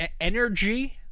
energy